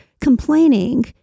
complaining